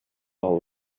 all